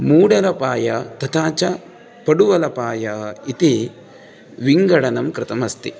मूडरपाय तथा च पडुवलपाय इति विङ्गडनं कृतम् अस्ति